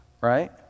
right